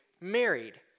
married